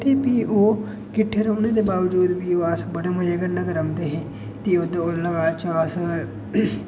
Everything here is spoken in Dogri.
ते भी ओह् ते किट्ठे रौह्ने दे बाबजूद बी अस बड़े मजे कन्नै रौंह्दे हे अस